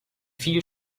viel